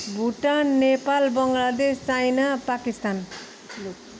Bhutan Nepal Bangladesh China Pakistan